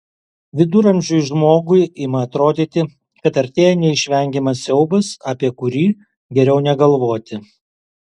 viduramžiui žmogui ima atrodyti kad artėja neišvengiamas siaubas apie kurį geriau negalvoti